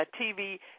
TV